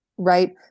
Right